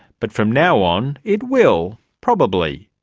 but from now on it will. probably.